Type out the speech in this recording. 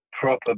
proper